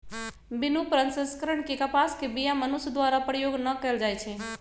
बिनु प्रसंस्करण के कपास के बीया मनुष्य द्वारा प्रयोग न कएल जाइ छइ